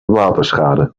waterschade